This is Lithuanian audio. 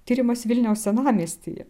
tyrimas vilniaus senamiestyje